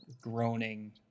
groaning